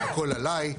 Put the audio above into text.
הכל עליי,